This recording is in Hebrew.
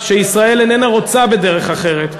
שישראל אינה רוצה בדרך אחרת.